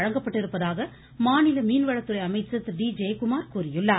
வழங்கப்பட்டிருப்பதாக மாநில மீன்வளத்துறை அமைச்சர் திரு டி ஜெயகுமார் கூறியுள்ளார்